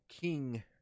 king